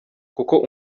kuko